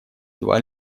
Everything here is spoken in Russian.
два